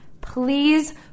Please